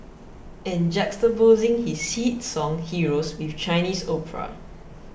and juxtaposing his hit song Heroes with Chinese opera